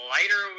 Lighter